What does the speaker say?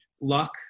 luck